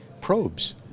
probes